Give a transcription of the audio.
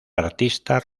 artista